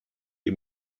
les